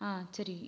ஆ சரி